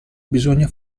bisogna